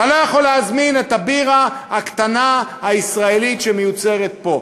אתה לא יכול להזמין את הבירה הקטנה הישראלית שמיוצרת פה.